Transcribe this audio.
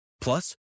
Plus